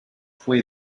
fue